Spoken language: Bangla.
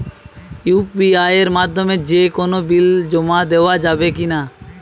ইউ.পি.আই এর মাধ্যমে যে কোনো বিল জমা দেওয়া যাবে কি না?